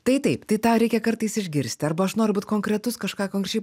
tai taip tai tą reikia kartais išgirsti arba aš noriu būt konkretus kažką konkrečiai